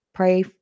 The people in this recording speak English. Pray